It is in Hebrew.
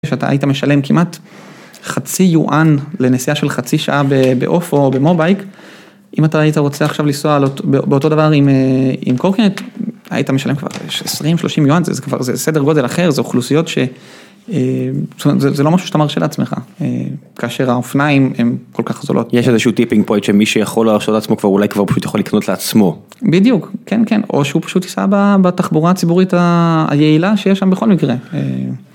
כשאתה היית משלם כמעט חצי יואן לנסיעה של חצי שעה באופו או במובייק, אם אתה היית רוצה עכשיו לנסוע באותו דבר עם קורקינט, היית משלם כבר 20-30 יואן, זה סדר גודל אחר, זה אוכלוסיות ש... זאת אומרת, זה לא משהו שאתה מרשה לעצמך. כאשר האופניים הן כל כך זולות. יש איזשהו טיפינג פוינט שמי שיכול להרשות לעצמו כבר... אולי כבר פשוט יכול לקנות לעצמו. בדיוק, כן כן, או שהוא פשוט ייסע בתחבורה הציבורית היעילה שיש שם בכל מקרה.